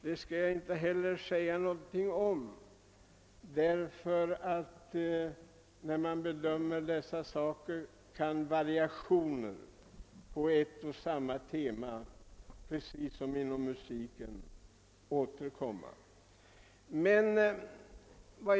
Jag skall inte heller beröra jämlikhetsfrågan ty vid bedömningen av dessa problem kan variationer på ett och samma tema återkomma liksom inom musiken.